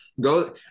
go